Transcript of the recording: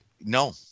No